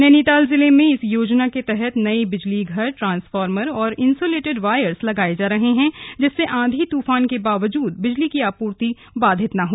नैनीताल जिले में इस योजना के तहत नए बिजली घर ट्रांसफार्मर और इन्सुलेटेट वायर्स लगाये जा रहे हैं जिससे आंधी तूफान के बावजूद बिजली की आपूर्ति बाधित न हो